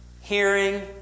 hearing